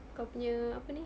kau punya apa ni